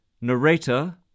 narrator